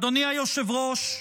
אדוני היושב-ראש,